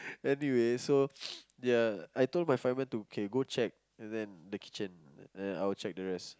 anyway so ya I told my fireman to can go check and then the kitchen then I will go check the rest